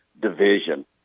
division